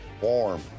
Warm